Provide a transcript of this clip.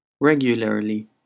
Regularly